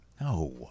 no